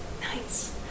nice